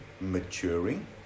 maturing